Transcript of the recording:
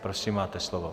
Prosím, máte slovo.